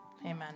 Amen